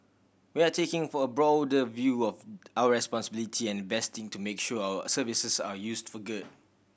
we are taking for a broader view of our responsibility and investing to make sure our services are used for good